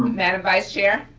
madam vice chair?